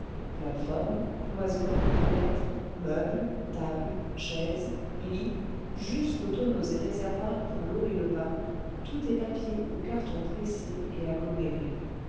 plateforme cloisons fenêtres meubles tables chaises lits jusqu'aux tonneaux et réservoirs pour l'eau et le vin tout est papier on carton pressé et aggloméré